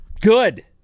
good